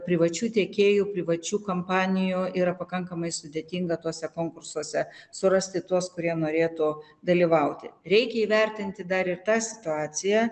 privačių tiekėjų privačių kompanijų yra pakankamai sudėtinga tuose konkursuose surasti tuos kurie norėtų dalyvauti reikia įvertinti dar ir tą situaciją